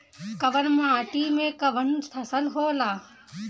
कवन माटी में कवन फसल हो ला?